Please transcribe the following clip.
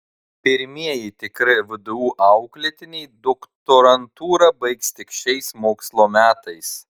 pirmieji tikri vdu auklėtiniai doktorantūrą baigs tik šiais mokslo metais